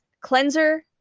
cleanser